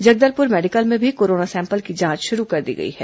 Jagdalpur medical में भी corona sample की जांच शुरू कर दी गई है